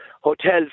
hotels